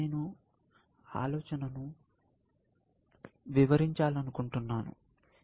నేను ఈ ఆలోచనను వివరించాలనుకుంటున్నాను